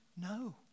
No